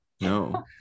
no